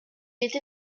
était